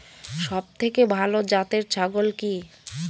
সবথেকে ভালো জাতের ছাগল কি?